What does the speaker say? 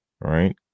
right